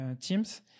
teams